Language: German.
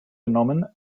genommen